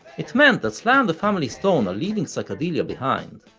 it meant that sly and the family stone are leaving psychedelia behind,